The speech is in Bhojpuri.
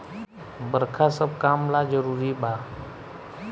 बरखा सब काम ला जरुरी बा